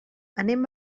anem